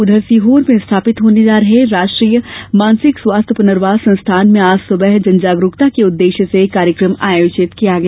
उधर सीहोर में स्थापित होने जा रहे राष्ट्रीय मानसिक स्वास्थ्य प्रनर्वास संस्थान में आज सुबह जनजागरूकता के उद्वेश्य से कार्यक्रम आयोजित किया गया